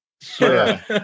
sure